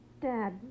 Dad